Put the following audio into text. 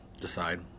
decide